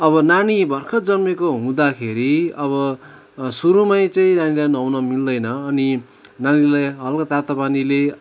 अब नानी भर्खर जन्मेको हुँदाखेरि अब सुरुमै चाहिँ नानीलाई नुहाउन मिल्दैन अनि नानीलाई हल्का तातो पानीले